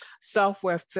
software